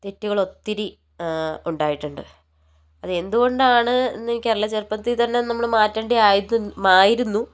തെറ്റുകളൊത്തിരി ഉണ്ടായിട്ടുണ്ട് അതെന്തുകൊണ്ടാണെന്ന് എനിക്കറിയില്ല ചെറുപ്പത്തിൽത്തന്നെ അതു നമ്മൾ മാറ്റേണ്ടതായിരുന്നു